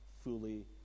fully